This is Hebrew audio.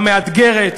המאתגרת,